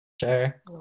Sure